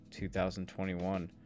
2021